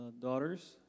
daughters